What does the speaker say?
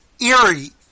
Eerie